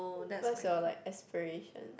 what's your like aspiration